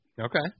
Okay